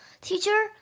teacher